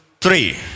three